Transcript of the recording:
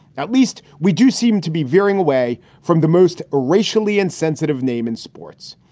at least we do seem to be veering away from the most racially insensitive name in sports.